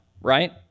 right